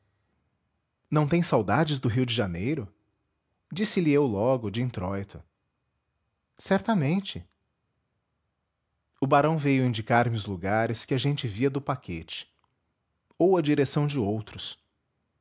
não tem saudades do rio de janeiro disse-lhe eu logo de intróito certamente o barão veio indicar me os lugares que a gente via do paquete ou a direção de outros